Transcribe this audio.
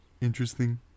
interesting